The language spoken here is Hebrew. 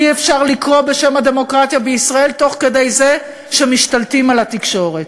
ואי-אפשר לקרוא בשם הדמוקרטיה בישראל תוך כדי שמשתלטים על התקשורת.